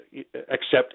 accept